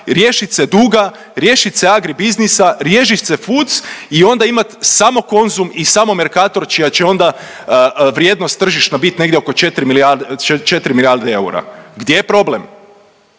riješit se duga, riješit se agri biznisa, riješit se foods i onda imat samo Konzum i samo Merkator čija će ona vrijednost tržišna bit negdje oko 4 milijarde eura. Gdje je problem?